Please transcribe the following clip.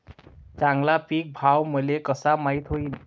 चांगला पीक भाव मले कसा माइत होईन?